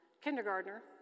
kindergartner